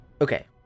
Okay